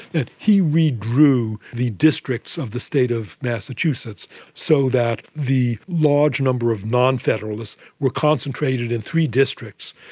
and he redrew the districts of the state of massachusetts so that the large number of non-federalists were concentrated in three districts,